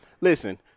Listen